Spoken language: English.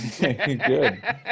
Good